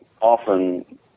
often